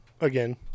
again